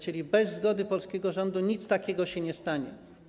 Czyli bez zgody polskiego rządu nic takiego się nie stanie.